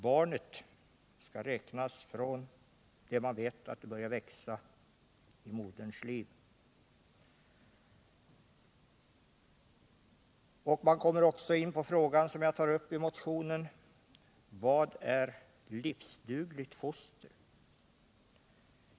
Barnet skall räknas med från det ögonblick man vet att det börjat växa i moderns liv. Man kommer i detta sammanhang också in på en annan fråga, som jag också tar upp i motionen, nämligen: Vad är livsdugligt foster?